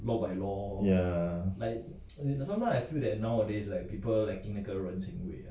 ya